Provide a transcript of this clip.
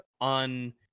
on